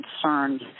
concerns